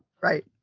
Right